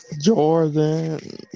Jordan